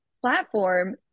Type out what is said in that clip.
platform